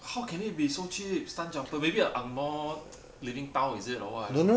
how can it be so cheap stumpjumper maybe an ang moh leaving town is it or what I don't know